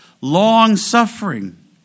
long-suffering